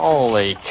Holy